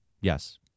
Yes